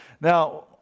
Now